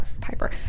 Piper